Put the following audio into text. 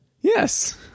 Yes